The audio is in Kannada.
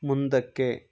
ಮುಂದಕ್ಕೆ